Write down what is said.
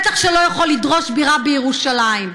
בטח שלא יכול לדרוש בירה בירושלים.